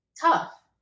tough